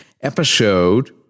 episode